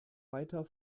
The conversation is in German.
weiter